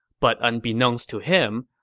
but unbeknownst to him,